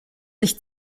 sich